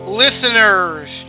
listeners